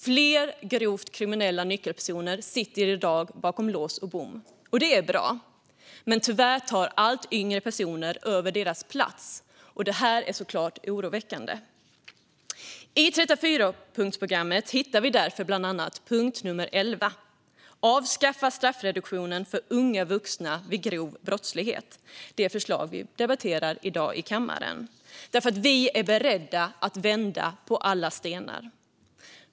Fler grovt kriminella nyckelpersoner sitter i dag bakom lås och bom, och det är bra. Men tyvärr tar allt yngre personer över deras platser, och detta är såklart oroväckande. I 34-punktsprogrammet finns därför bland annat punkt 11, Avskaffa straffreduktionen för unga vuxna vid grov brottslighet. Detta förslag debatteras i dag i kammaren, för vi är beredda att vända på alla stenar.